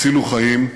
הצילו חיים,